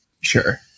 sure